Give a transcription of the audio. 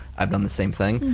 i've done the same thing.